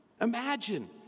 imagine